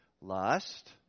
Lust